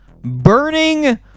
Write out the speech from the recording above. burning